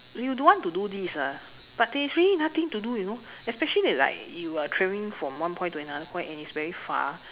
if you don't want to do this ah but there is really nothing to do you know especially like you are travelling from one point to another point and it's very far